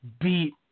beat